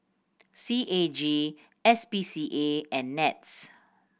C A G S P C A and NETS